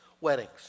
weddings